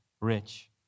rich